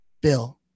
Bill